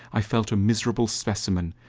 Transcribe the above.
i felt a miserable specimen.